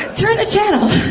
turn the channel